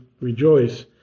rejoice